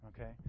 Okay